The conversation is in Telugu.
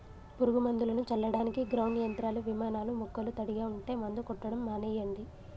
పురుగు మందులను చల్లడానికి గ్రౌండ్ యంత్రాలు, విమానాలూ మొక్కలు తడిగా ఉంటే మందు కొట్టడం మానెయ్యండి